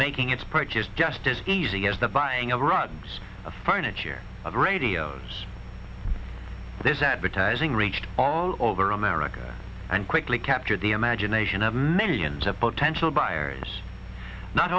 making its purchase just as easy as the buying of runs of furniture of radios this advertising reached all over america and quickly captured the imagination of millions of potential buyers not